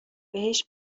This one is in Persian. بهش